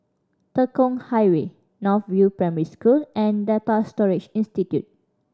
Tekong Highway North View Primary School and Data Storage Institute